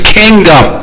kingdom